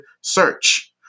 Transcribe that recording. search